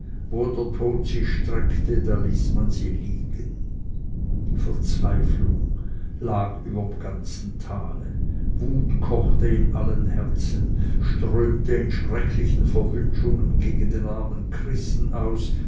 der tod sie streckte da ließ man sie liegen verzweiflung lag überem ganzen tale wut kochte in allen herzen strömte in schrecklichen verwünschungen gegen den armen christen aus